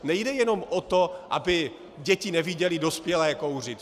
Nejde jenom o to, aby děti neviděly dospělé kouřit.